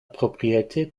propriété